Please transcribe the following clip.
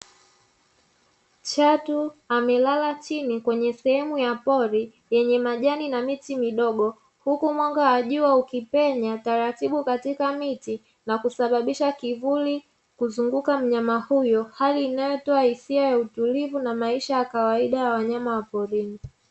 Chatu amelala chini kwenye sehemu ya pori, yenye majani na miti midogo, huku mwanga wa jua ukipenya taratibu katika miti na kusababisha kivuli kuzunguka mnyama huyo, hali inayotoa hisia ya utulivu na maisha ya kawaida ya wanyama wa porini.